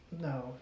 no